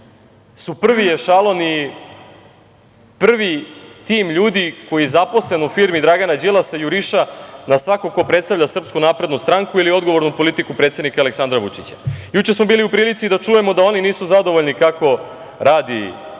su prvi ešalon i prvi tim ljudi koji je zaposleni u firmi Dragana Đilasa, juriša na svakog ko predstavlja SNS ili odgovornu politiku predsednika Aleksandra Vučića. Juče smo bili u prilici da čujemo da oni nisu zadovoljni kako radi